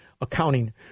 accounting